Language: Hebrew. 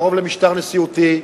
קרוב למשטר נשיאותי,